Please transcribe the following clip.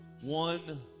one